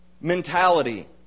mentality